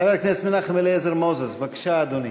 חבר הכנסת מנחם אליעזר מוזס, בבקשה, אדוני.